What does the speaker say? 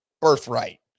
Birthright